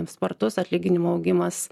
spartus atlyginimų augimas